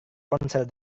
ponsel